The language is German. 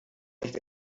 nicht